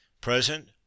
Present